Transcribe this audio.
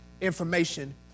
information